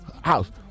house